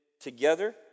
together